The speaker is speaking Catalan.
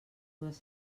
dues